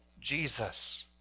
Jesus